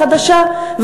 החדשה,